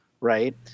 right